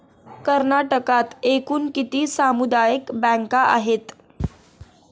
कर्नाटकात एकूण किती सामुदायिक बँका आहेत?